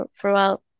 throughout